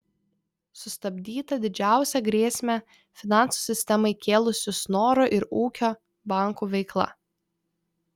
sustabdyta didžiausią grėsmę finansų sistemai kėlusių snoro ir ūkio bankų veikla